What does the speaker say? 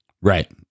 Right